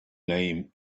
name